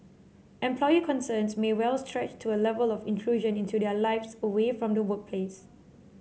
employee concerns may well stretch to A Level of intrusion into their lives away from the workplace